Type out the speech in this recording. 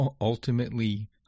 ultimately